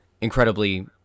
incredibly